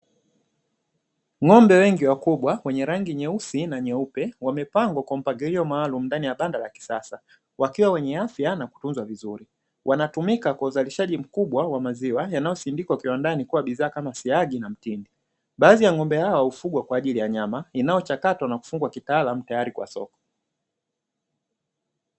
Ng'ombe wengi wakubwa wenye rangi nyeusi na nyeupe , wamapangwa kwa mpangilio malumu ndani ya banda la kisasa, wakiwa wenye afya na kutunzwa vizuri, wanatumika kwa uzalishaji mkubwa wa maziwa yanayosindikwa kiwandani, kuwa bidhaa kama siagi na mtindi, baadhi ya ngombe hao hufugwa kwa ajili ya nyama, inayochakatwa na kufungwa kitaalamu tayari kwa soko.